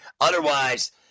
Otherwise